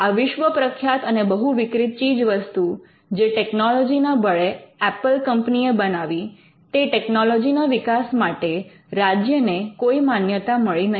આ વિશ્વપ્રખ્યાત અને બહુ વિક્રીત ચીજવસ્તુ જે ટેકનોલોજી ના બળે એપલ કંપનીએ બનાવી તે ટેકનોલોજી ના વિકાસ માટે રાજ્યને કોઈ માન્યતા મળી નહીં